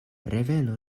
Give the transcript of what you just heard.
revenu